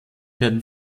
werden